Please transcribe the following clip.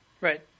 right